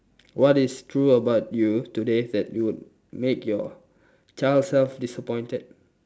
what is true about you today that would make your child self disappointed